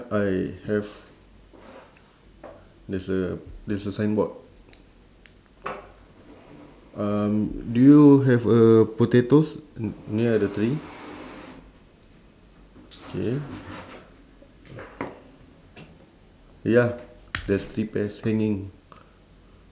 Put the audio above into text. I have there's a there's a sign board um do you have a potatoes n~ near the tree K ya there's three pears hanging